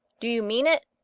do you mean it?